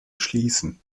schließen